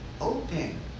Open